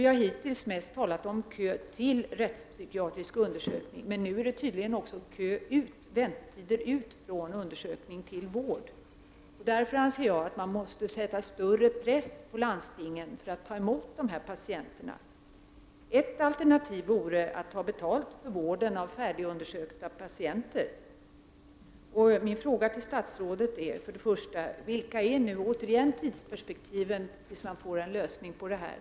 Vi har hittills mest talat om kön till rättspsykiatrisk undersökning, men nu är det tydligen också kö och väntetider till vård. Jag anser därför att man måste sätta större press på landstingen att ta emot dessa patienter. Ett alternativ vore att ta betalt för vården av färdigundersökta patienter. Jag vill för det första fråga statsrådet följande: Vilka tidsperspektiv räknar man med innan man får en lösning på dessa problem?